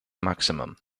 maximum